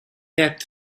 death